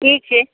ठीक छै